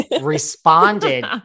responded